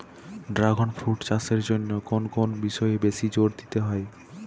Dragon fruit চাষের জন্য কোন কোন বিষয়ে বেশি জোর দিতে হয়?